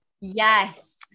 Yes